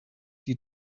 die